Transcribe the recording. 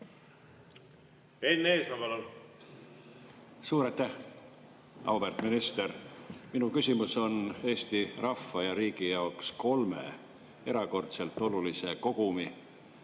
Enn Eesmaa, palun! Suur aitäh! Auväärt minister! Minu küsimus on Eesti rahva ja riigi jaoks kolme erakordselt olulise kogumi